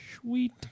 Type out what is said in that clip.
Sweet